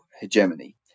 hegemony